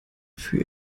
für